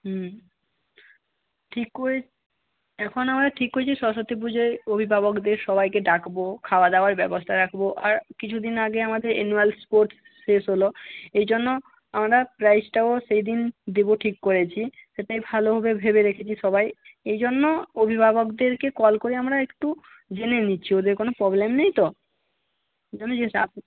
হুম ঠিক করে এখন আমরা ঠিক করেছি সরস্বতী পুজোয় অভিভাবকদের সবাইকে ডাকব খাওয়া দাওয়ার ব্যবস্থা রাখব আর কিছুদিন আগে আমাদের অ্যানোয়াল স্পোর্টস শেষ হল এইজন্য আমরা প্রাইজটাও সেইদিন দেব ঠিক করেছি সেটাই ভালো হবে ভেবে রেখেছি সবাই এইজন্য অভিভাবকদেরকে কল করে আমরা একটু জেনে নিচ্ছি ওদের কোনও প্রবলেম নেই তো ওই জন্য জিজ্ঞাসা